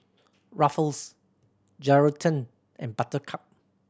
Ruffles Geraldton and Buttercup